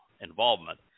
involvement